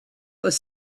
was